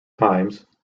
times